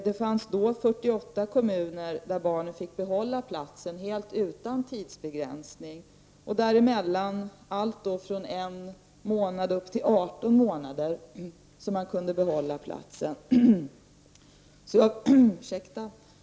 Det fanns då 48 kommuner där man fick behålla platsen helt utan tidsbegränsning. Däremellan fanns kommuner där man kunde behålla platsen från 1 månad upp till 18 månader.